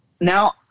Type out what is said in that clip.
now